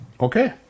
Okay